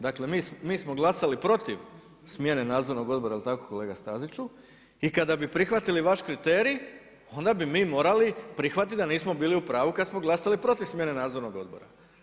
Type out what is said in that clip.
Dakle, mi smo glasali protiv smjene nadzornog odbora, jel tako kolega Staziću i kada bi prihvatili vaš kriterij, onda bi mi morali prihvatiti da nismo bili u pravu, kad smo glasali protiv smjene nadzornog odbora.